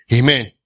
Amen